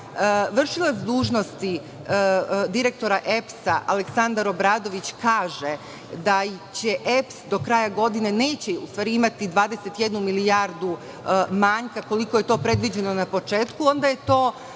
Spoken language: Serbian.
vršilac dužnosti direktora EPS Aleksandar Obradović kaže da EPS do kraja godine neće imati 21 milijardu manjka koliko je to predviđeno na početku, onda je to